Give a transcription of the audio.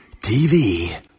TV